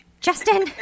Justin